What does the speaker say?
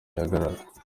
rihagarara